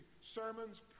sermons